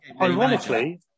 Ironically